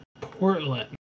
Portland